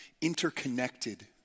interconnected